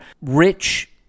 rich